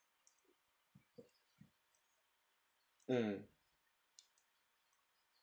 mm